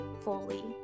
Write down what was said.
fully